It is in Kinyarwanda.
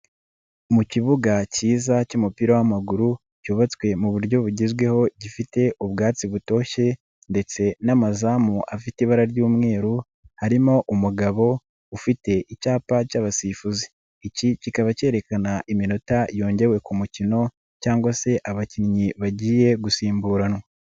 Mu kibuga cyiza cy'umupira w'amaguru cyubatswe mu buryo bugezweho gifite ubwatsi butoshye ndetse n'amazamu afite ibara ry'umweru harimo umugabo ufite icyapa cy'abasifuzi, iki kikaba cyerekana iminota yongewe ku mukino cyangwa se abakinnyi bagiye gusimburanwa.